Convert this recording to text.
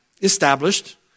established